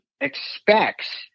expects